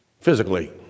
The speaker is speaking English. physically